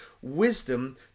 wisdom